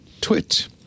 twit